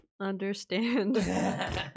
understand